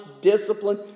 discipline